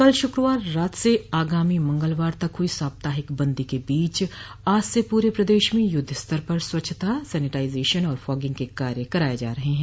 कल शुक्रवार रात से आगामी मंगलवार तक हुई साप्ताहिक बंदी के बीच आज से पूरे प्रदेश में युद्धस्तर पर स्वच्छता सैनिटाइजेशन और फागिंग के कार्य कराये जा रहे हैं